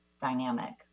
dynamic